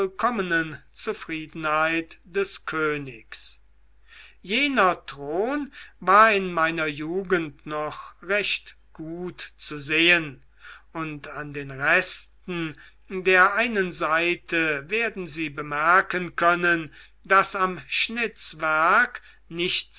zufriedenheit des königs jener thron war in meiner jugend noch recht gut zu sehen und an den resten der einen seite werden sie bemerken können daß am schnitzwerk nichts